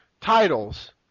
titles